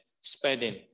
spending